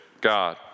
God